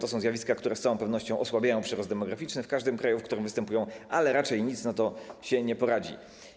To są zjawiska, które z całą pewnością osłabiają przyrost demograficzny w każdym kraju, w którym występują, ale raczej nic na to się nie poradzi.